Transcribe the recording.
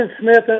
Smith